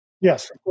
Yes